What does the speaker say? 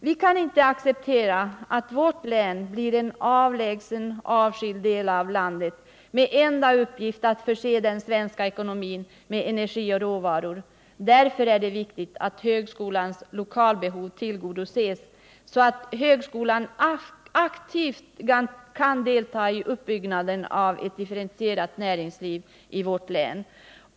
Vi kan inte acceptera att vårt län blir en avlägsen, avskild del av landet med enda uppgift att förse den svenska ekonomin med energi och råvaror. Därför är det viktigt att högskolans lokalbehov tillgodoses, så att högskolan aktivt kan deltaga i uppbyggnaden av ett differentierat näringsliv i vårt län.